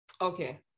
Okay